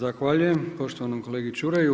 Zahvaljujem poštovanom kolegi Čuraju.